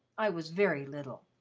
i was very little.